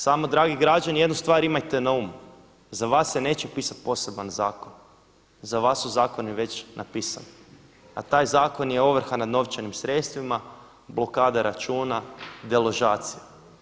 Samo dragi građani jednu stvar imajte na umu, za vas se neće pisat poseban zakon, za vas su zakoni već napisani, a taj zakon je ovrha nad novčanim sredstvima, blokada računa, deložacija.